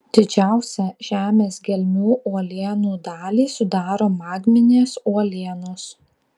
didžiausią žemės gelmių uolienų dalį sudaro magminės uolienos